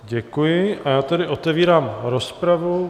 Děkuji, a já tedy otevírám rozpravu.